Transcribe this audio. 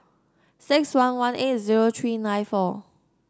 six one one eight zero three nine four